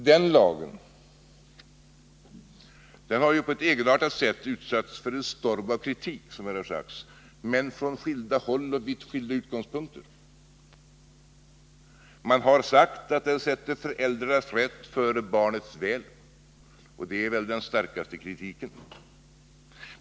Den lagen har på ett egenartat sätt utsatts för en storm av kritik, såsom här har sagts, men från skilda håll och vitt skilda utgångspunkter. Man har sagt att den sätter föräldrars rätt före barnens väl, och det är väl den starkaste kritiken.